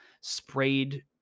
sprayed